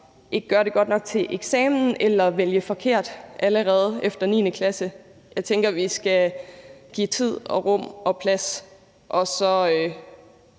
ikke gøre det godt nok til eksamen eller vælge forkert allerede efter 9. klasse. Jeg tænker, at vi skal give tid, rum og plads og sørge